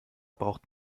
braucht